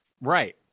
Right